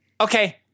Okay